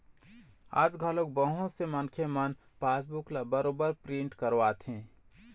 आज घलोक बहुत से मनखे मन पासबूक ल बरोबर प्रिंट करवाथे